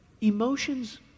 Emotions